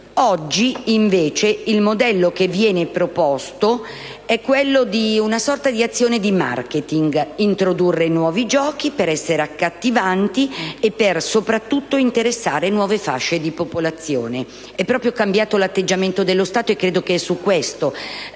Oggi, invece, il modello proposto è quello di una sorta di azione di *marketing*: introdurre nuovi giochi per essere accattivanti e soprattutto per interessare nuove fasce di popolazione. È cambiato l'atteggiamento dello Stato e la relazione